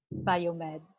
biomed